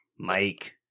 Mike